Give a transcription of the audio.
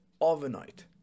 overnight